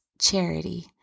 charity